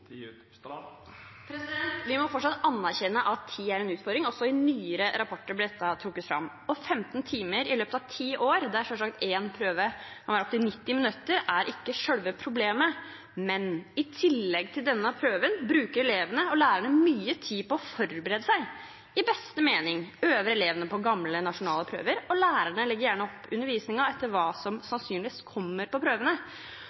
Vi må fortsatt anerkjenne at tid er en utfordring. Også i nyere rapporter blir dette trukket fram. 15 timer i løpet av ti år, der selvsagt én prøve kan vare opptil 90 minutter, er ikke selve problemet. Men i tillegg til denne prøven bruker elevene og lærerne mye tid på å forberede seg. I beste mening øver elevene på gamle nasjonale prøver, og lærerne legger gjerne opp undervisningen etter hva som sannsynligvis kommer på prøvene.